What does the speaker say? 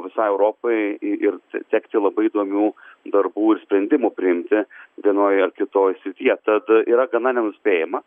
visai europai ir sekti labai įdomių darbų ir sprendimų priimti vienoj ar kitoj srityje tad yra gana nenuspėjama